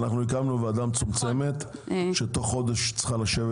הקמנו ועדה מצומצמת שתוך חודש צריכה לשבת